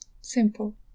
simple